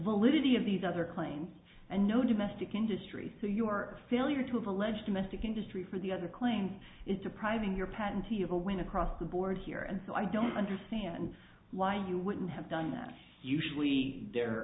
validity of these other claims and no domestic industries so your failure to have alleged domestic industry for the other claims is depriving your patente of a win across the board here and so i don't understand why you wouldn't have done that usually there